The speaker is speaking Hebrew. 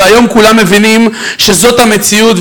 והיום כולם מבינים שזאת המציאות,